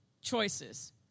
choices